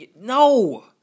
No